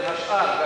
בין השאר.